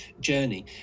journey